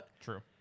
True